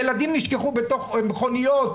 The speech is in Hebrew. ילדים נשכחו בתוך מכוניות,